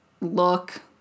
look